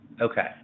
Okay